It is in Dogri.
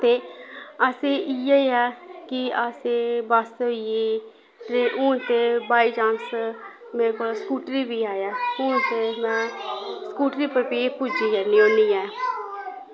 ते असें इ'यै गै ऐ कि असें बस्स होई गेई ऐ हून ते बायचांस मेरे कोल स्कूटरी बी है ते हून तां स्कूटरी बेहियै पुज्जी जन्नी होन्नी आं